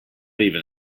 even